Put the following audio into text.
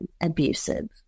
abusive